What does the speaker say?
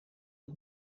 het